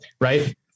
right